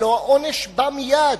והעונש בא מייד: